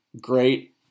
Great